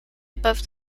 above